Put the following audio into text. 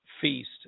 Feast